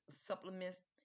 supplements